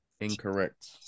Incorrect